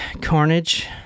carnage